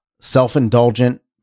self-indulgent